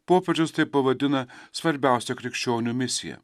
popiežius tai pavadina svarbiausia krikščionių misija